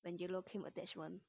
when yellow came attachment